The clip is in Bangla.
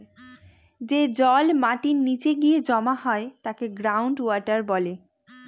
যে জল মাটির নীচে গিয়ে জমা হয় তাকে গ্রাউন্ড ওয়াটার বলে